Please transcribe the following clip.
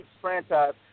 franchise